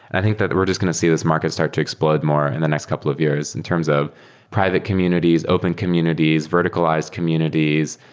i think that the world is going to see this market start to explode more in the next couple of years in terms of private communities, open communities, verticalized communities,